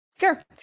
Sure